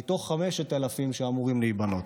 מתוך 5,000 שאמורים להיבנות.